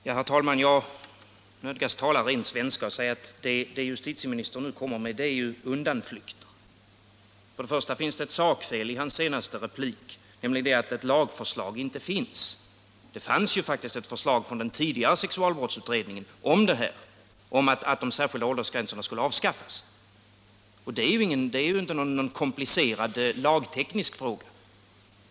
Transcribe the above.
Herr talman! Jag nödgas tala ren svenska och säga att det som justitieministern nu kommer med är undanflykter. Först och främst förekom det ett sakfel i justitieministerns senaste replik, nämligen att ett lagförslag inte finns. Det fanns ju faktiskt ett förslag från den tidigare sexualbrottsutredningen om att de särskilda åldersgränserna skulle avskaffas. Detta är ju inte någon komplicerad lagteknisk fråga.